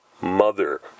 mother